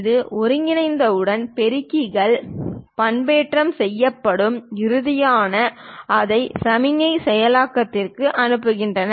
இது ஒன்றிணைந்தவுடன் பெருக்கிகள் பண்பேற்றம் செய்யப்பட்டு இறுதியாக அதை சமிக்ஞை செயலாக்கத்திற்கு அனுப்புகின்றன